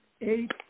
eight